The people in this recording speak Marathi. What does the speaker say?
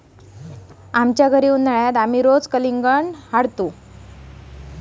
आमच्या घरी उन्हाळयात आमी रोज कलिंगडा हाडतंव